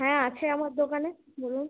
হ্যাঁ আছে আমার দোকানে বলুন